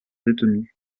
détenus